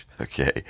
Okay